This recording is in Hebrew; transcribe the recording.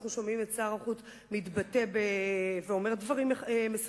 אנחנו שומעים את שר החוץ מתבטא ואומר דברים מסוימים,